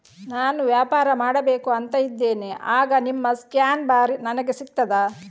ನಾನು ವ್ಯಾಪಾರ ಮಾಡಬೇಕು ಅಂತ ಇದ್ದೇನೆ, ಆಗ ನಿಮ್ಮ ಸ್ಕ್ಯಾನ್ ಬಾರ್ ನನಗೆ ಸಿಗ್ತದಾ?